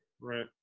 right